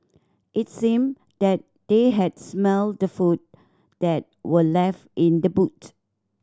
it seemed that they had smelt the food that were left in the boot